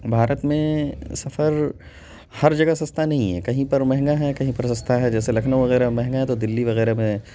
بھارت میں سفر ہر جگہ سستا نہیں ہے کہیں پر مہنگا ہے کہیں پر سستا ہے جیسے لکھنؤ وغیرہ میں مہنگا ہے تو دلی وغیرہ میں